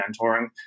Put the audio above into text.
mentoring